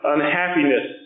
Unhappiness